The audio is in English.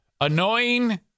annoying